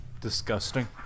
Disgusting